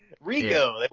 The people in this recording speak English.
Rico